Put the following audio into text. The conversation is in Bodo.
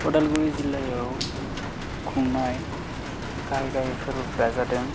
अदालगुरि जिल्लायाव खुंनाय गाहाय गाहाय फोरबोफ्रा जादों